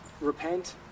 Repent